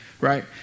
right